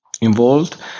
involved